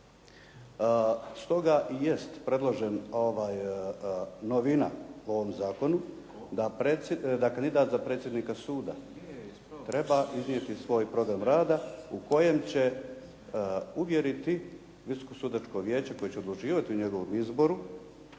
Stoga i jest predložena novina u ovom zakonu da kandidat za predsjednika suda treba iznijeti svoj program rada u kojem će uvjeriti visoko sudačko vijeće koje će odlučivati o njegovom izboru